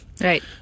Right